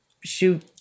shoot